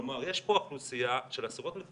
כלומר יש פה אוכלוסייה של עשרות אלפי